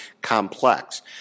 complex